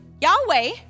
Yahweh